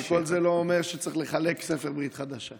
אבל כל זה לא אומר שצריך לחלק את ספר הברית החדשה.